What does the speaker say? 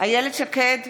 איילת שקד,